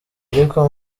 ariko